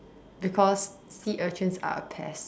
because sea urchins are a pest